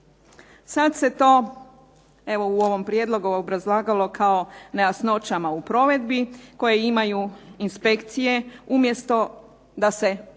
Sad se to evo u ovom prijedlogu obrazlagalo kao nejasnoćama u provedbi koje imaju inspekcije umjesto da se otvoreno